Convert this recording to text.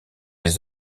les